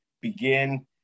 begin